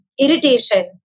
irritation